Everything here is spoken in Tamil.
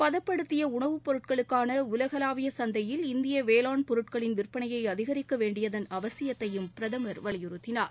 பதப்படுத்திய உணவுப் பொருட்களுக்கான உலகளாவிய சந்தையில் இந்திய வேளாண் பொருட்களின் விற்பனையை அதிகரிக்க வேண்டியதன் அவசியத்தையும் பிரதமர் வலியுறுத்தினார்